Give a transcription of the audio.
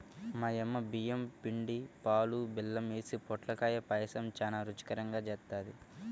మా యమ్మ బియ్యం పిండి, పాలు, బెల్లం యేసి పొట్లకాయ పాయసం చానా రుచికరంగా జేత్తది